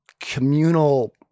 communal